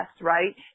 right